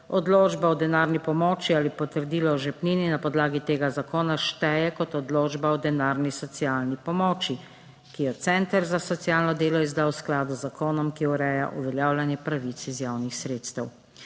odločba o denarni pomoči ali potrdilo o žepnini na podlagi tega zakona šteje kot odločba o denarni socialni pomoči, ki jo je Center za socialno delo izda v skladu z zakonom, ki ureja uveljavljanje pravic iz javnih sredstev.